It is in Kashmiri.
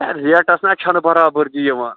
ہے ریٹَس نا چھَنہٕ برابری یِوان